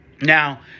Now